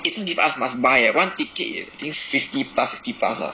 they didn't give us must buy eh one ticket is I think fifty plus sixty plus ah